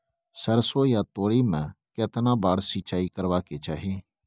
सरसो या तोरी में केतना बार सिंचाई करबा के चाही?